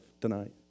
tonight